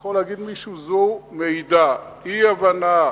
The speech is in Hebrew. יכול להגיד מישהו שזו מעידה, אי-הבנה,